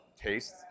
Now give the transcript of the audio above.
taste